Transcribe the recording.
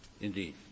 Indeed